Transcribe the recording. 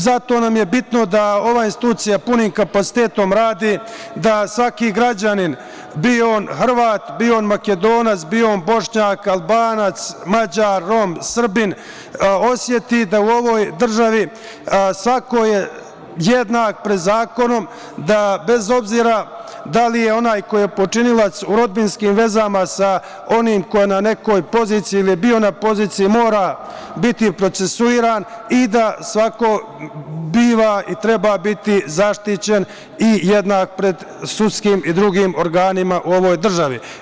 Zato nam je bitno da ovaj institucija punim kapacitetom radi, da svaki građanin, bio on Hrvat, bio on Makedonac, bio on Bošnjak, Albanac, Mađar, Rom, Srbin oseti da je u ovoj državi svako jednak pred zakonom, da bez obzira da li je onaj koji je počinilac u rodbinskim vezama sa onim koji je na nekoj poziciji ili bio na poziciji mora biti procesuiran i da svako biva i treba biti zaštićen i jednak pred sudskim i drugim organima u ovoj državi.